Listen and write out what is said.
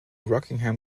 rockingham